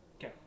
Okay